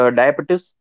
diabetes